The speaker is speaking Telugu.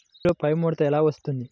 మిర్చిలో పైముడత ఎలా వస్తుంది?